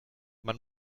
man